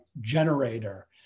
generator